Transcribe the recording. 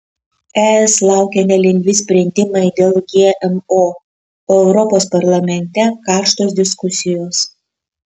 es laukia nelengvi sprendimai dėl gmo o europos parlamente karštos diskusijos